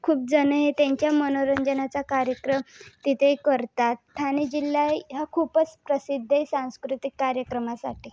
खूप जण हे त्यांच्या मनोरंजनाचा कार्यक्रम तिथेही करतात ठाणे जिल्हा ये हा खूपच प्रसिद्ध आहे सांस्कृतिक कार्यक्रमासाठी